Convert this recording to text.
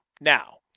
Now